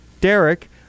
Derek